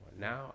now